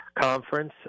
conference